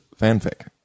fanfic